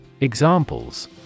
Examples